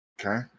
Okay